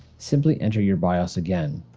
simply enter your bios again,